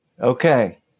Okay